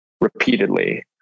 repeatedly